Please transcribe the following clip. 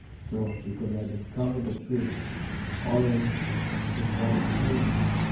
so, because i discovered the truth oil is what is killing us,